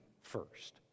first